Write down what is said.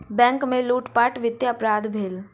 bank में लूटपाट वित्तीय अपराध भेल